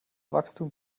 wachstum